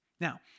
Now